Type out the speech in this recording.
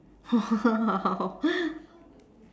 !wow!